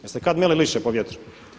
Jeste kad meli lišće po vjetru?